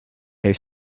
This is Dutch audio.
heeft